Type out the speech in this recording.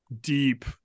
deep